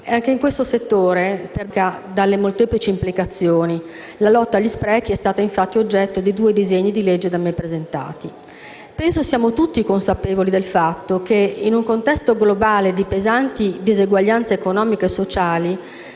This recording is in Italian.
a cuore questa delicata tematica dalle molteplici implicazioni: la lotta agli sprechi è stata infatti oggetto di due disegni di legge da me presentati. Penso che siamo tutti consapevoli del fatto che, in un contesto globale di pesanti diseguaglianze economiche e sociali,